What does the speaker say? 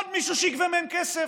עוד מישהו שיגבה מהם כסף?